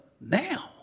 now